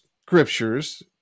scriptures